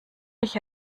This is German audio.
ich